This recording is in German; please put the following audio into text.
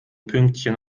pünktchen